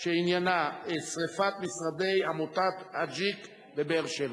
שרפת משרדי עמותת "אג'יק" בבאר-שבע.